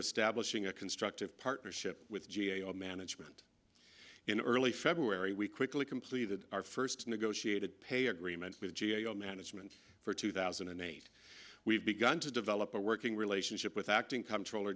establishing a constructive partnership with g a o management in early february we quickly completed our first negotiated pay agreement with g a o management for two thousand and eight we've begun to develop a working relationship with acting come troll